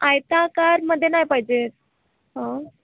आयताकारामध्ये नाही पाहिजे हं